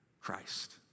Christ